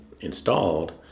installed